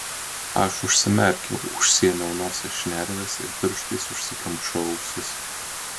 aš užsimerkiau užsiėmiau nosies šnerves ir pirštais užsikimšau ausis